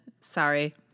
Sorry